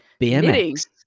BMX